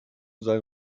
sein